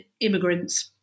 immigrants